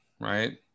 right